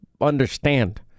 understand